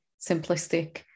simplistic